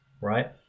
right